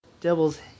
Devil's